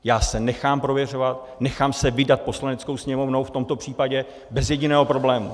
Já se nechám prověřovat, nechám se vydat Poslaneckou sněmovnou v tomto případě bez jediného problému.